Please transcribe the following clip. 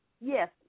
Yes